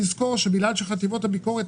אם בודקים את התחבורה הציבורית,